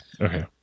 okay